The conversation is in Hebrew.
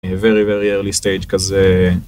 Very very early stage כזה